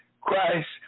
Christ